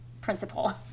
principle